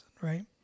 right